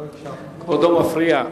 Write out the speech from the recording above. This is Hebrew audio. כבודו מפריע.